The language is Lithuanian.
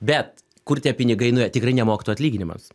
bet kur tie pinigai nuėjo tikrai ne mokytojų atlyginimams